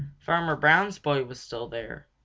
farmer brown's boy was still there,